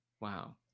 Wow